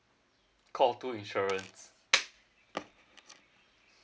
call two insurance